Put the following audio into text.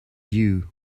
you